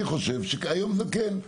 אני חושב שהיום זה כן.